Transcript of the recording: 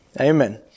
Amen